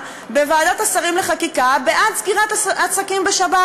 בוועדת השרים לחקיקה בעד סגירת עסקים בשבת.